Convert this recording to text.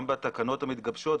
גם בתקנות המתגבשות,